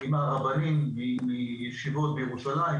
עם הרבנים מישיבות בירושלים,